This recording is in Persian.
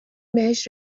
بهش